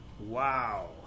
Wow